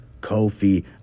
Kofi